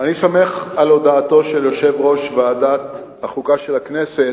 אני שמח על הודעתו של יושב-ראש ועדת החוקה של הכנסת,